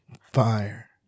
fire